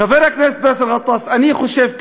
חבר הכנסת באסל גטאס, אני חושב כך: